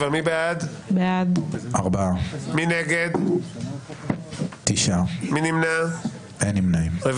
הצבעה בעד, 2 נגד, 9 נמנעים, 2 לא אושרה.